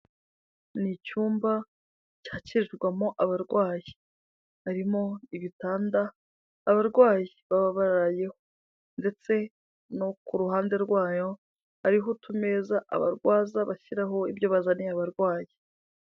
Ni icyumba cyakirirwamo abarwayi, harimo ibitanda abarwayi baba barayeho ndetse no ku ruhande rwayo, hariho utumeza abarwaza bashyiraho ibyo bazaniye abarwayi.